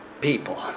people